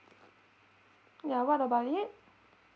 yeah what about it